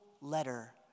letter